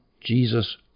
Jesus